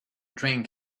drank